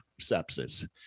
sepsis